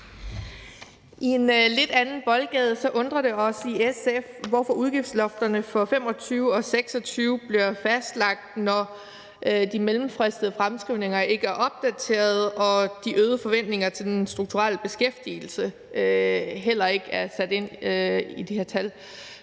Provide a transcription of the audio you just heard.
I en lidt anden boldgade undrer det os i SF, hvorfor udgiftslofterne for 2025 og 2026 bliver fastlagt, når de mellemfristede fremskrivninger ikke er opdaterede og de øgede forventninger til den strukturelle beskæftigelse heller ikke er sat ind i de her tal.